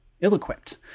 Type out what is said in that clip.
ill-equipped